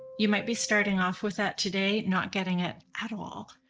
you might be starting off with that today not getting it at all,